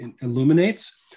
illuminates